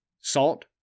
salt